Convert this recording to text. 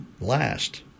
last